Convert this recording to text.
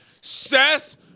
Seth